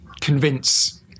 convince